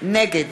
נגד